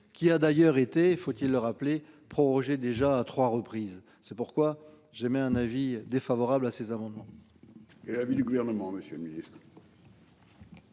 qui a d'ailleurs été, faut-il le rappeler prorogé déjà à 3 reprises. C'est pourquoi j'aimais un avis défavorable à ces amendements. Quel est l'avis du gouvernement, Monsieur le Ministre.